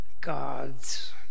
God's